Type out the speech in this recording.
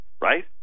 right